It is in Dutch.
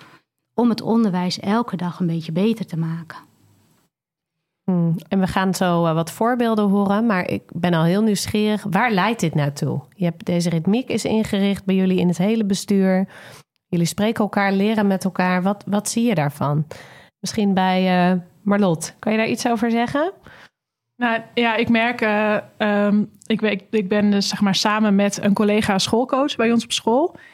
om het onderwijs elke dag een beetje beter te maken. Hmm, en we gaan zo, eh, wat voorbeelden horen, maar ik ben al heel nieuwsgierig. Waar leidt dit naartoe? Je hebt- deze ritmiek is ingericht bij jullie in het hele bestuur. Jullie spreken elkaar, leren met elkaar. Wat- wat zie je daarvan? Misschien bij, eh, Marlot. Kan je daar iets over zeggen? Nou, ja, ik merk, eh, ehm, ik we- ik ben dus, zeg maar, samen met een collega schoolcoach bij ons op school.